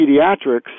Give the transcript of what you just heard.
pediatrics